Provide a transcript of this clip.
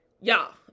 Y'all